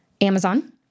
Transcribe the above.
Amazon